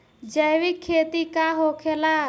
जैविक खेती का होखेला?